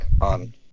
on